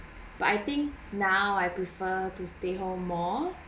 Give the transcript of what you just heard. but I think now I prefer to stay home more